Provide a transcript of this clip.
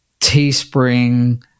Teespring